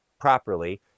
properly